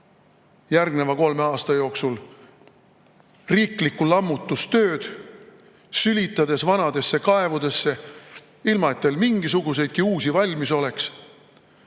järgneva kolme aasta jooksul riiklikku lammutustööd, sülitades vanadesse kaevudesse, ilma et teil mingisuguseidki uusi valmis oleks.